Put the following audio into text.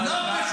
היו"ר,